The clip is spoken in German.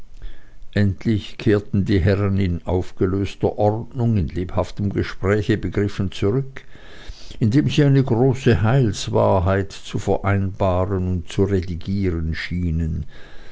endlich kehrten die herren in aufgelöster ordnung in lebhaftem gespräche begriffen zurück indem sie eine große heilswahrheit zu vereinbaren und zu redigieren schienen